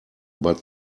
but